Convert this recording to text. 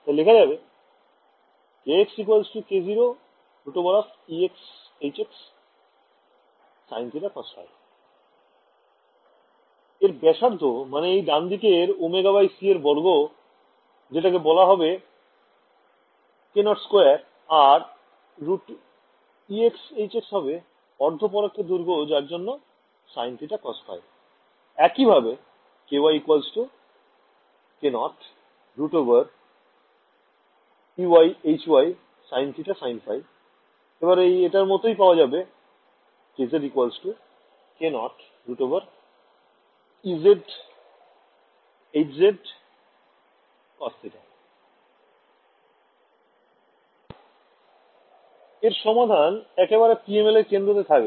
তাই লেখা যাবে kx k0√exhx sin θ cos ϕ এর ব্যাসার্ধ মানে এই ডানদিকের omega by c এর বর্গ যেটাকে বলা হবে k02আর √exhx হবে অর্ধ পরাক্ষের দৈর্ঘ্য যার জন্য sin θ cos ϕ একইভাবে ky k0√ey hy sin θ sin ϕ এবার এটার মতই পাওয়া যাবে kz k0√ez hz cos θ এর সমাধান একেবারে PML এর কেন্দ্রতে থাকবে